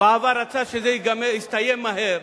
בעבר רצה שזה יסתיים מהר.